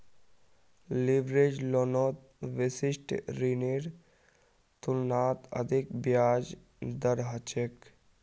leverage लोनत विशिष्ट ऋनेर तुलनात अधिक ब्याज दर ह छेक